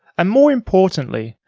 and more importantly,